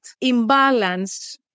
Imbalance